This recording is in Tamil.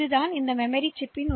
கடைசி மெமரி சிப் எஃப்